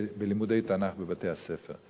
בלימודי תנ"ך בבית-הספר.